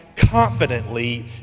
confidently